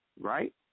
Right